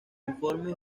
informes